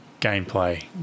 gameplay